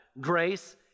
grace